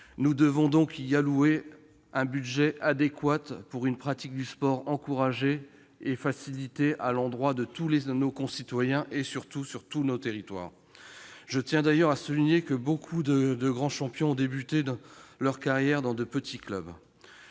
Nous devons donc y allouer un budget adéquat pour une pratique du sport encouragée et facilitée à l'endroit de tous nos concitoyens et, surtout, sur tous les territoires. Je tiens d'ailleurs à souligner que beaucoup de grands champions ont commencé leur carrière dans de petits clubs.